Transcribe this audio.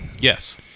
Yes